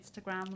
instagram